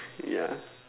yeah